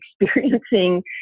experiencing